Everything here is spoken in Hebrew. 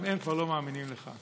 גם הם כבר לא מאמינים לך.